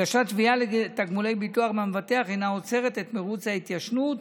הגשת תביעה לתגמולי ביטוח מהמבטח אינה עוצרת את מרוץ ההתיישנות,